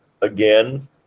again